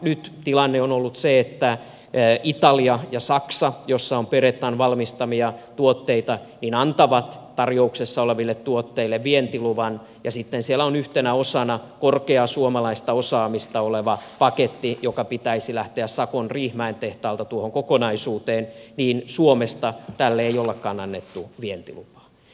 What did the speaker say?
nyt tilanne on ollut se että italia ja saksa jossa on berettan valmistamia tuotteita antavat tarjouksessa oleville tuotteille vientiluvan ja sitten siellä on yhtenä osana korkeaa suomalaista osaamista oleva paketti jonka pitäisi lähteä sakon riihimäen tehtaalta tuohon kokonaisuuteen mutta suomesta tälle ei olekaan annettu vientilupaa